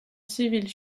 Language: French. civil